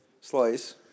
slice